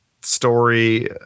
story